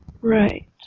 Right